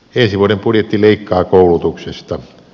ensi vuoden budjetti leikkaa koulutuksesta